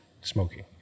smoking